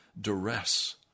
duress